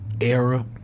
era